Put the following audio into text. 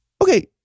Okay